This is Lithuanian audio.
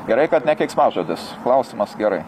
gerai kad ne keiksmažodis klausimas gerai